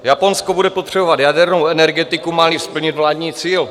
Japonsko bude potřebovat jadernou energetiku, máli splnit vládní cíl.